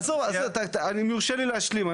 עזוב, עזוב, אם יורשה לי להשלים.